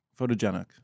photogenic